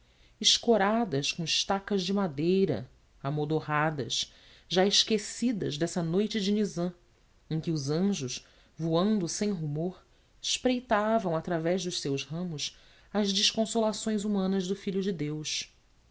escoradas com estacas de madeira amodorradas já esquecidas dessa noite de nizam em que os anjos voando sem rumor espreitavam através dos seus ramos as desconsolações humanas do filho de deus